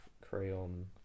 Crayon